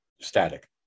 static